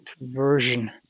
version